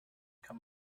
kann